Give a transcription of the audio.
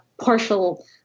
partial